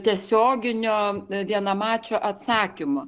tiesioginio vienamačio atsakymo